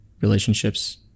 relationships